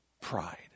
pride